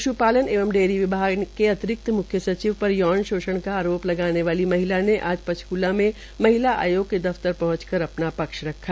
पश्पालान एवं डेयरी विभाग के अतिरिक्त म्ख्य सचिव पर यौन शोषण का आरोप लगाने वाली महिला आज पंचक्ला में महिला आयोग के दफतर पहंचकर अपना पक्ष रखा